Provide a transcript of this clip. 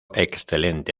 excelente